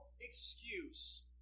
excuse